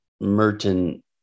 Merton